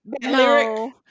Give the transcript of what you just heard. No